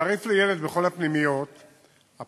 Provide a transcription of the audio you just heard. התעריף לילד בכל הפנימיות הפוסט-אשפוזיות,